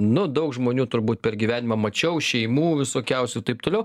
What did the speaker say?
nu daug žmonių turbūt per gyvenimą mačiau šeimų visokiausių taip toliau